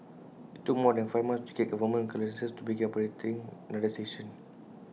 IT took more than five months to get government clearances to begin operating another station